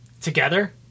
Together